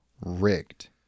rigged